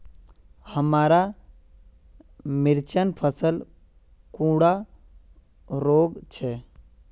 हमार मिर्चन फसल कुंडा रोग छै?